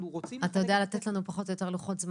אנחנו רוצים --- אתה יודע לתת לנו פחות או יותר לוחות-זמנים?